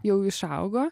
jau išaugo